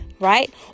right